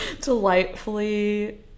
delightfully